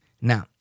Now